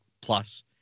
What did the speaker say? Plus